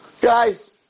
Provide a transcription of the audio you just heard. Guys